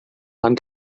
pan